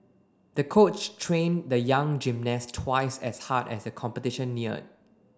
the coach trained the young gymnast twice as hard as the competition neared